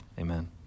Amen